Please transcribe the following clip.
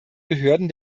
behörden